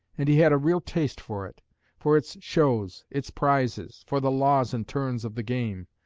and he had a real taste for it for its shows, its prizes, for the laws and turns of the game,